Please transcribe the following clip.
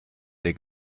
der